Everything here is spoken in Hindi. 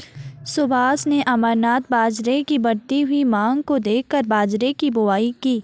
सुभाष ने अमरनाथ बाजरे की बढ़ती हुई मांग को देखकर बाजरे की बुवाई की